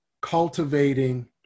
cultivating